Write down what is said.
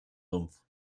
sumpf